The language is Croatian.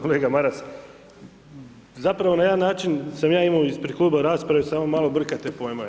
Kolega Maras, zapravo na jedan način sam ja imao ispred kluba rasprave, samo malo brkate pojmove.